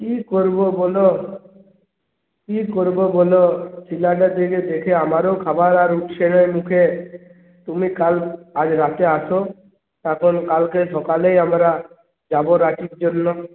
কী করবো বলো কী করবো বলো ছেলাটার দিকে দেখে আমারও খাবার আর উঠছে নায় মুখে তুমি কাল আজ রাতে আসো তখন কালকে সকালেই আমরা যাবো রাঁচির জন্য